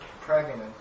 pregnant